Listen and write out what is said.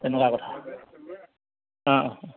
তেনেকুৱা কথা অঁ অঁ অঁ